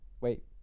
Wait